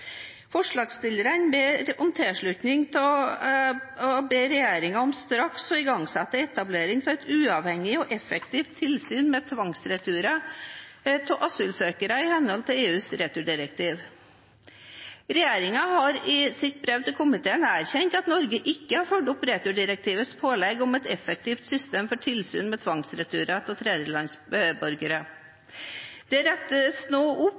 Forslagsstillerne ber om tilslutning til å be regjeringen om straks å igangsette etablering av et uavhengig og effektivt tilsyn med tvangsreturer av asylsøkere i henhold til EUs returdirektiv. Regjeringen har i sitt brev til komiteen erkjent at Norge ikke har fulgt opp returdirektivets pålegg om et effektivt system for tilsyn med tvangsreturer av tredjelandsborgere. Dette rettes nå opp